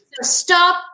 Stop